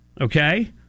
okay